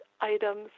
items